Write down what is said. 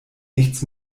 nichts